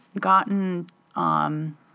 gotten –